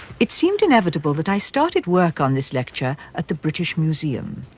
it seemed inevitable that i started work on this lecture at the british museum.